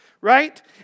right